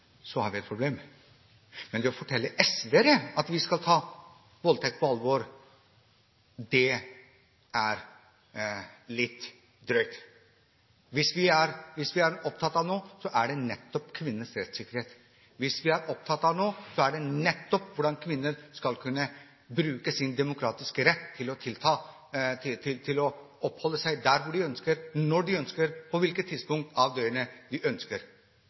har vi et problem. Det å fortelle SV-ere at vi skal ta voldtekt på alvor, det er litt drøyt. Hvis vi er opptatt av noe, er det nettopp kvinners rettssikkerhet. Hvis vi er opptatt av noe, er det nettopp hvordan kvinner skal kunne bruke sin demokratiske rett til å oppholde seg der hvor de ønsker, når de ønsker, og på hvilket tidspunkt på døgnet de ønsker.